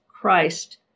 Christ